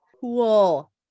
Cool